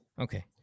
Okay